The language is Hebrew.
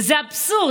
וזה האבסורד,